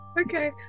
Okay